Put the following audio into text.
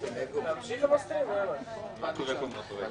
הקשיים שהיא מעוררת